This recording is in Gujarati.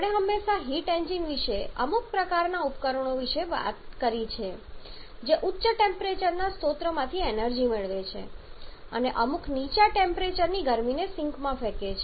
આપણે હંમેશા હીટ એન્જિન વિશે અમુક પ્રકારના ઉપકરણો તરીકે વાત કરી છે જે ઉચ્ચ ટેમ્પરેચરના સ્ત્રોતમાંથી એનર્જી મેળવે છે અને અમુક નીચા ટેમ્પરેચરની ગરમીને સિંકમાં ફેંકે છે